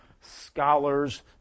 scholars